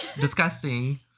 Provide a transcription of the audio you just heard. disgusting